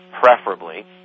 preferably